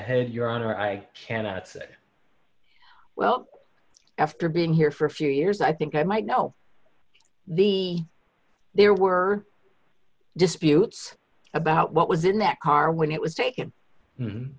honor i can say well after being here for a few years i think i might know the there were disputes about what was in that car when it was taken